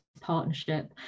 Partnership